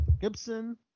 Gibson